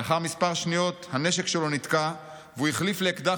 לאחר כמה שניות הנשק שלו נתקע והוא החליף לאקדח